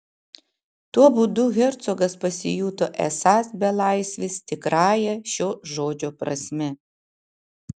tuo būdu hercogas pasijuto esąs belaisvis tikrąja šio žodžio prasme